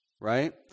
right